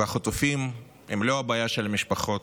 והחטופים הם לא הבעיה של המשפחות,